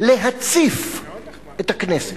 להציף את הכנסת.